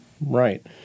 Right